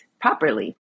properly